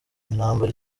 intambara